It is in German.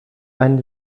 einem